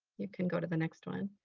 you can go to the next one.